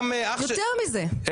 להיפך יותר מזה,